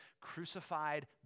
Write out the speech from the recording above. crucified